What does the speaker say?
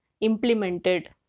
implemented